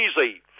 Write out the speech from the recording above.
easy